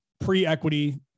pre-equity